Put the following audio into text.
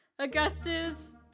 Augustus